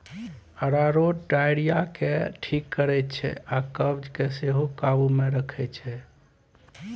अरारोट diarrhoea केँ ठीक करै छै आ कब्ज केँ सेहो काबु मे रखै छै